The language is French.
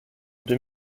deux